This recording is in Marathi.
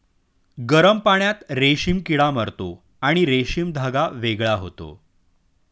गरम पाण्यात रेशीम किडा मरतो आणि रेशीम धागा वेगळा होतो